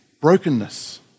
brokenness